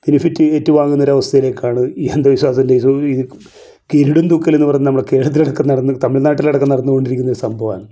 benefit ഏറ്റുവാങ്ങുന്നൊരു അവസ്ഥയിലേക്കാണ് ഈ അന്ധവിശ്വാസമെല്ലാം ഈ ഗരുഡൻ തൂക്കലെന്ന് പറഞ്ഞ് നമ്മുടെ നടന്ന് തമിഴ് നാട്ടിലടക്കം നടന്നുകൊണ്ടിരിക്കുന്ന ഒരു സംഭവമാണ്